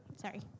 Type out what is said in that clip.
Sorry